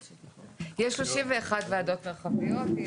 יש שלושים ואחת ועדות מרחביות.